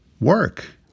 work